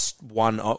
one